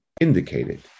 indicated